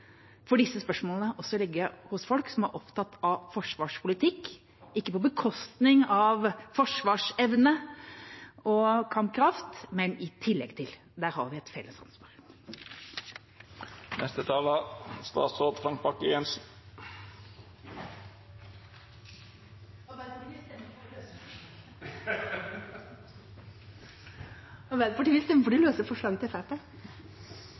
for disse spørsmålene også ligge hos folk som er opptatt av forsvarspolitikk – ikke på bekostning av forsvarsevne og kampkraft, men i tillegg til. Der har vi et felles